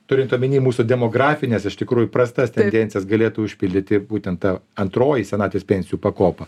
turint omenyj mūsų demografines iš tikrųjų prastas tendencijas galėtų užpildyti būtent ta antroji senatvės pensijų pakopa